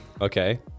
okay